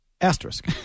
asterisk